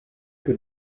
que